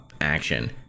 action